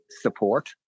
support